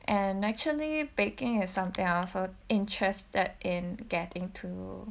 and actually baking is something I'm also interested in getting to